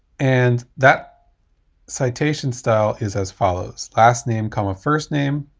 and that citation style is as follows last name comma first name.